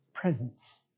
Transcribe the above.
Presence